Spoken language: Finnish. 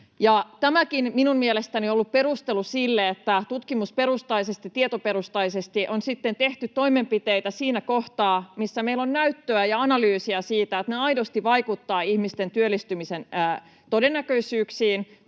on ollut perustelu sille, että tutkimusperustaisesti, tietoperustaisesti, on sitten tehty toimenpiteitä siinä kohtaa, missä meillä on näyttöä ja analyysiä siitä, että ne aidosti vaikuttavat ihmisten työllistymisen todennäköisyyksiin